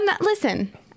listen